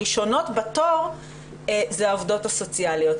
-- הראשונות בתור זה העובדות הסוציאליות.